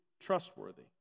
trustworthy